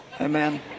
amen